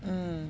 mm